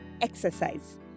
exercise